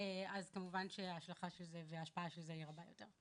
אז כמובן שההשלכה של זה וההשפעה של זה היא רבה יותר.